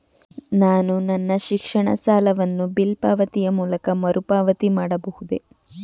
ನಾನು ನನ್ನ ಶಿಕ್ಷಣ ಸಾಲವನ್ನು ಬಿಲ್ ಪಾವತಿಯ ಮೂಲಕ ಮರುಪಾವತಿ ಮಾಡಬಹುದೇ?